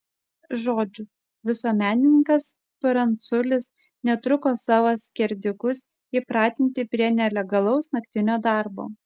žodžiu visuomenininkas pranculis netruko savo skerdikus įpratinti prie nelegalaus naktinio darbo